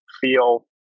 feel